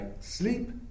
sleep